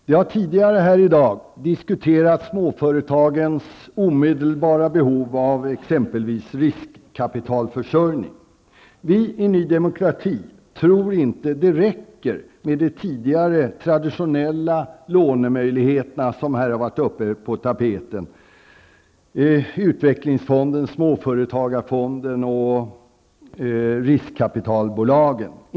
Herr talman! Vi har tidigare här i dag diskuterat småföretagens omedelbara behov av exempelvis riskkapitalförsörjning. Vi i Ny Demokrati tror inte att det räcker med de tidigare traditionella lånemöjligheter som här har varit på tapeten: Utvecklingsfonden, Småföretagarfonden och riskkapitalbolagen.